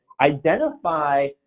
identify